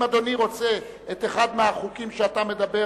אם אדוני רוצה את אחד החוקים שאתה מדבר